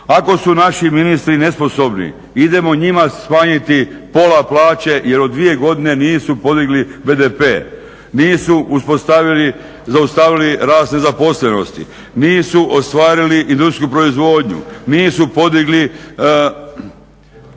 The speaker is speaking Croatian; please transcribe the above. Ako su naši ministri nesposobni idemo njima smanjiti pola plaće jer od dvije godine nisu podigli BDP, nisu uspostavili zaustavili rast nezaposlenosti, nisu ostvarili industrijsku proizvodnju, nisu podigli